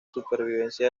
supervivencia